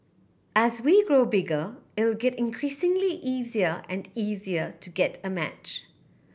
as we grow bigger it will get increasingly easier and easier to get a match